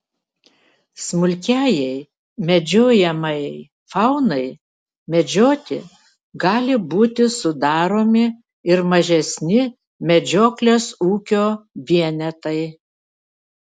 smulkiajai medžiojamajai faunai medžioti gali būti sudaromi ir mažesni medžioklės ūkio vienetai